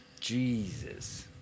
Jesus